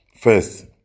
First